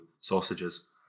sausages